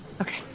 Okay